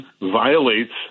violates